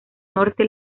norte